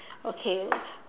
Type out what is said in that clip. okay